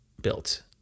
built